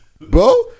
bro